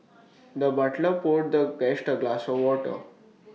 the butler poured the guest A glass of water